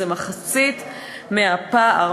זה מחצית מהפער,